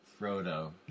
Frodo